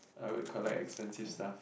I would collect expensive stuff